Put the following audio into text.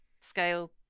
scale